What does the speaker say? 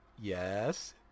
Yes